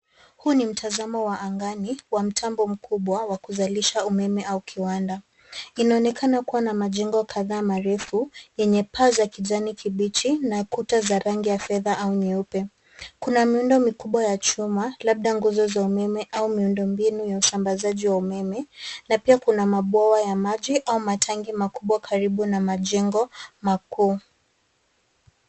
Huu ni mtazamo wa angani wa mtambo mkubwa wa kuzalisha umeme au kiwanda. Inaonekana kuwa na majengo kadhaa marefu yenye paa za kijani kibichi na kuta za rangi ya fedha au nyeupe. Kuna miundo mikubwa ya chuma, labda nguzo za umeme au miundo mbinu ya usambazaji wa umeme na pia kuna mabwawa ya maji au matanki makubwa karibu na majengo makuu.